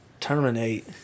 terminate